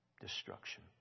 destruction